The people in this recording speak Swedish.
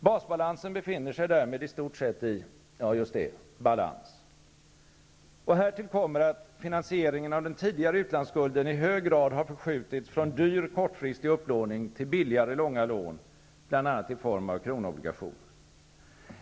Basbalansen befinner sig därmed i stort sett i -- ja, just det -- balans. Härtill kommer att finansieringen av den tidigare utlandsskulden i hög grad har förskjutits från dyr kortfristig upplåning till billigare långa lån, bl.a. i form av kronobligationer.